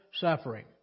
suffering